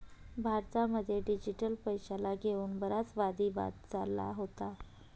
भारतामध्ये डिजिटल पैशाला घेऊन बराच वादी वाद चालला होता